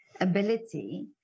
ability